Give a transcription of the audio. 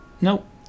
nope